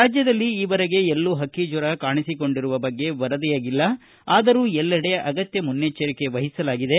ರಾಜ್ಯದಲ್ಲಿ ಈವರೆಗೆ ಎಲ್ಲೂ ಪಕ್ಕಿಜ್ವರ ಕಾಣಿಸಿಕೊಂಡಿರುವ ಬಗ್ಗೆ ವರದಿಯಾಗಿಲ್ಲ ಆದರೂ ಎಲ್ಲೆಡೆ ಅಗತ್ಯ ಮುನ್ನಜ್ವರಿಕೆ ವಹಿಸಲಾಗಿದೆ